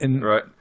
Right